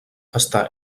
està